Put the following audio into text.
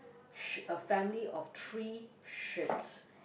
sh~ a family of three sheeps